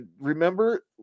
remember